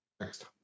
Next